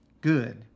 Good